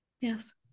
Yes